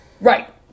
Right